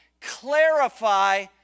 clarify